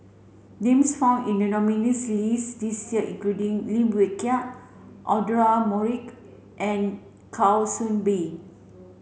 names found in the nominees' list this year include Lim Wee Kiak Audra Morrice and Kwa Soon Bee